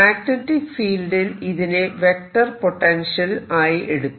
magnetic ഫീൽഡിൽ ഇതിനെ vector potential ആയി എടുത്തു